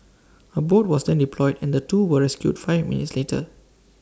A boat was then deployed and the two were rescued five minutes later